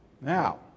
Now